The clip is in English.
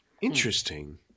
Interesting